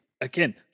again